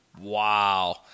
Wow